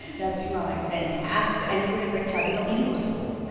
that's right. fantastic. and you did a great job, you don't need to go to school.